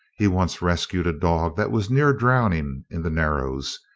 he once rescued a dog that was near drowning in the narrows,